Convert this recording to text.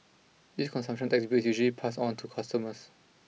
this consumption tax bill is usually passed on to customers